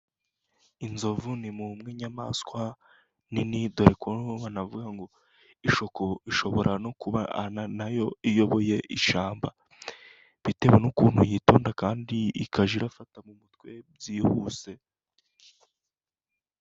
Inzovu ni mu nk'inyamaswa nini, dore ko vuga ko ishobora no kuba nayo iyoboye ishyamba, bitewe n'ukuntu yitonda kandi ikajya irafata mu mutwe byihuse.